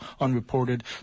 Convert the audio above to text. unreported